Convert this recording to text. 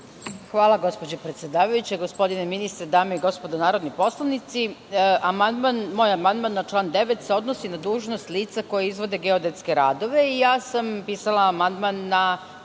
Hvala, gospođo predsedavajuća. Gospodine ministre, dame i gospodo narodni poslanici, moj amandman na član 9. se odnosi na dužnost lica koja izvode geodetske radove, i ja sam pisala amandman na